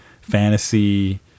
fantasy